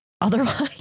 otherwise